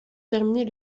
terminer